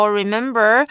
remember